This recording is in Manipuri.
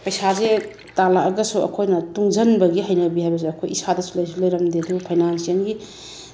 ꯄꯩꯁꯥꯁꯦ ꯇꯥꯜꯂꯛꯑꯒꯁꯨ ꯑꯩꯈꯣꯏꯅ ꯇꯨꯡꯁꯤꯟꯕꯒꯤ ꯍꯩꯅꯕꯤ ꯍꯥꯏꯕꯁꯦ ꯑꯩꯈꯣꯏ ꯏꯁꯥꯗꯁꯨ ꯂꯩꯁꯨ ꯂꯩꯔꯝꯗꯦ ꯑꯗꯨꯕꯨ ꯐꯥꯏꯅꯥꯟꯁꯤꯑꯦꯜꯒꯤ